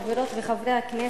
חברות וחברי הכנסת,